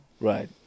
Right